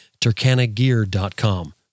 TurkanaGear.com